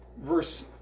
verse